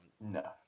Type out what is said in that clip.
No